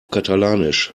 katalanisch